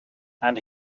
and